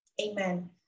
amen